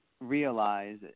realize